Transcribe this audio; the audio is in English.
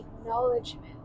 acknowledgement